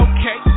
Okay